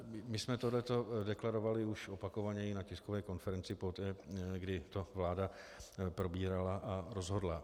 My jsme tohle deklarovali už opakovaně i na tiskové konferenci poté, kdy to vláda probírala a rozhodla.